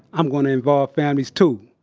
i'm going to involve families too.